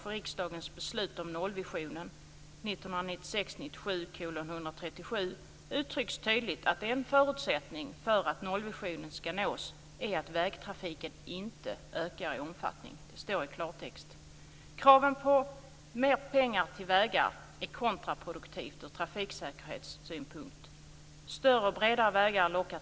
Vi krävde redan år 1998 en utredning, och den har ännu inte tillsatts. Vi menar att regeringen nu måste svara oss på varför utredningen inte har tillsatts. Fru talman! Min utgångspunkt är att det alltid är bättre att förebygga än att bota.